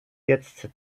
jetzt